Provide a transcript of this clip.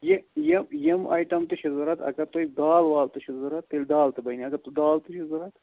یہِ یہِ یِم آیٹم تہِ چھِ ضروٗرت اگر تُہۍ دال وال تہِ چھِو ضروٗرت تیلہٕ دال تہِ بںہِ اگر دال تہِ چھِو ضروٗرت